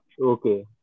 Okay